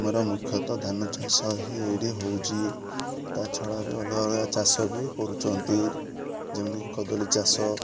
ଆମର ମୁଖ୍ୟତଃ ଧାନ ଚାଷ ହିଁ ଏଇଠି ହେଉଛି ତା ଛଡ଼ା ବି ଅଲଗା ଅଲଗା ଚାଷ ବି କରୁଛନ୍ତି ଯେମିତି କଦଳୀ ଚାଷ